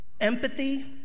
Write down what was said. Empathy